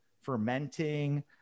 fermenting